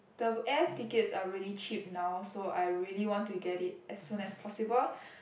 the air tickets are really cheap now so I really want to get it as soon as possible